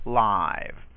live